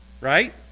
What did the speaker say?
Right